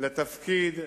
לתפקיד,